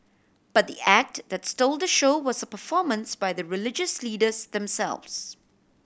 but the act that stole the show was a performance by the religious leaders themselves